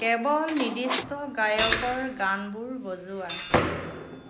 কেৱল নিৰ্দিষ্ট গায়কৰ গানবোৰ বজোৱা